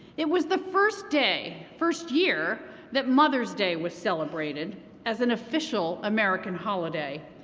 it was the first day, first year that mother's day was celebrated as an official american holiday.